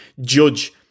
judge